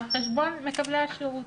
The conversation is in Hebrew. על חשבון מקבלי השירות.